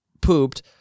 pooped